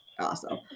awesome